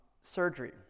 surgery